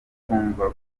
utumva